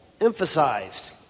emphasized